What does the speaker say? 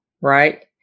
Right